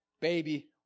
baby